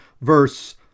verse